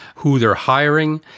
who they're hiring,